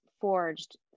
forged